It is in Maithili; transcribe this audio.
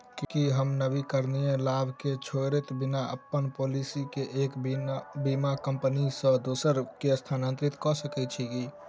की हम नवीनीकरण लाभ केँ छोड़इत बिना अप्पन पॉलिसी केँ एक बीमा कंपनी सँ दोसर मे स्थानांतरित कऽ सकैत छी की?